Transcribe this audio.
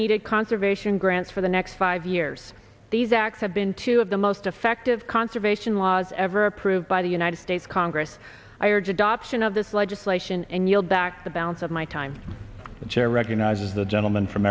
needed conservation grants for the next five years these acts have been two of the most effective conservation laws ever approved by the united states congress i urge adoption of this legislation and yield back the balance of my time the chair recognizes the gentleman from